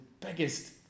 biggest